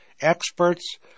experts